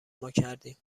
ماکردیم